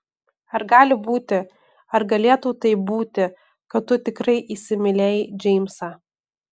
ar gali būti ar galėtų taip būti kad tu tikrai įsimylėjai džeimsą